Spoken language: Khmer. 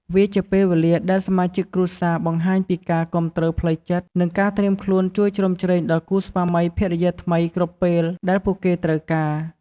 វាជាពេលវេលាដែលសមាជិកគ្រួសារបង្ហាញពីការគាំទ្រផ្លូវចិត្ត និងការត្រៀមខ្លួនជួយជ្រោមជ្រែងដល់គូស្វាមីភរិយាថ្មីគ្រប់ពេលដែលពួកគេត្រូវការ។